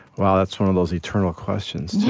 wow. that's one of those eternal questions